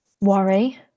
worry